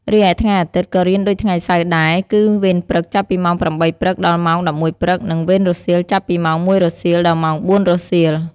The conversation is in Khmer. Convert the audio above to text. រីឯថ្ងៃអាទិត្យ ក៏រៀនដូចថ្ងៃសៅរ៍ដែរ គឺ វេនព្រឹក ចាប់ពីម៉ោង ៨ ព្រឹក ដល់ម៉ោង ១១ ព្រឹក និង វេនរសៀល ចាប់ពីម៉ោង ១ រសៀល ដល់ម៉ោង ៤ រសៀល។